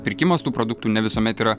pirkimas tų produktų ne visuomet yra